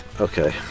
Okay